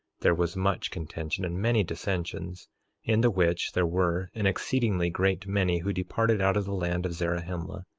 there was much contention and many dissensions in the which there were an exceedingly great many who departed out of the land of zarahemla,